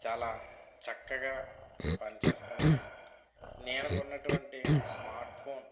చాలా చక్కగా పనిచేస్తుండగా నేను కొన్నటువంటి స్మార్ట్ఫోన్